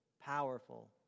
powerful